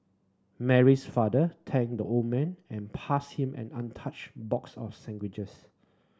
Mary's father thanked the old man and passed him an untouched box of sandwiches